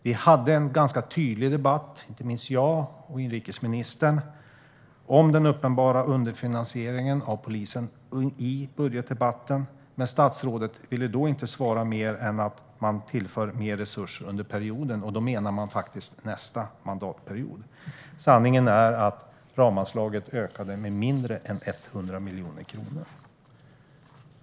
Vi hade en ganska tydlig debatt i budgetdebatten, inte minst jag och inrikesministern, om den uppenbara underfinansieringen av polisen. Statsrådet ville då inte svara mer än att man tillför mer resurser under perioden, och då menar man faktiskt nästa mandatperiod. Sanningen är att ramanslaget ökade med mindre än 100 miljoner kronor.